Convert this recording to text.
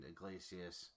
Iglesias